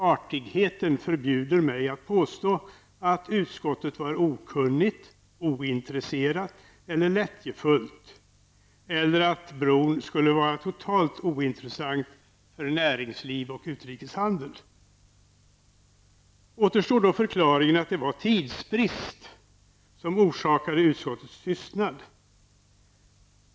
Artigheten förbjuder mig att påstå att utskottet var okunnigt, ointresserat eller lättjefullt, eller att bron skulle vara totalt ointressant för näringsliv och utrikeshandel. Återstår då förklaringen att det var tidsbrist som orsakade utskottets tystnad.